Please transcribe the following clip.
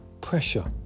pressure